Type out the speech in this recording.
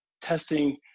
testing